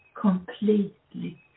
completely